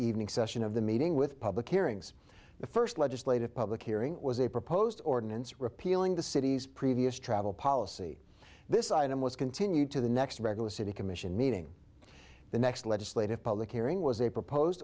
evening session of the meeting with public hearings the first legislative public hearing was a proposed ordinance repealing the city's previous travel policy this item was continued to the next regular city commission meeting the next legislative public hearing was a proposed